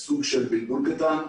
יש סוג של בלבול קטן,